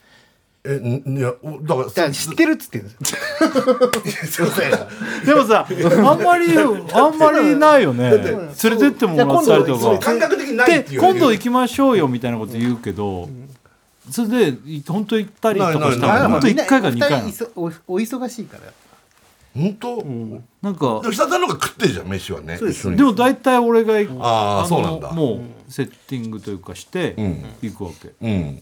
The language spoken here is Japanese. え、ん、いや、お、だから、だから知ってるっつってんですよ。 いや、そうだよ。 でもさ、いや、あんまり、だって、あんまりないよね。 だって、 連れてってもらったりとか。そう、いや、今度、そう、い-そう、い- 感覚的にないっていうより。 で、今度行きましょうよみたいなこと言うけど、 それで、い- 本当行ったりとかしたの？ないないない。本当一回か二回なの？まあ、みんな、お二人いそ- お- お忙しいから。本当？うん。なんか、でも久田の方が食ってるじゃん、飯はね、そうです、一緒に。そうです。でも大体俺が行く、あー、あの、そうなんだ。もうセッティングというかして、うん。行くわけ。うん。